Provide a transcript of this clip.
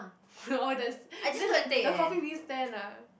orh that isn't the coffee-bean stand ah